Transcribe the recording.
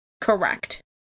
Correct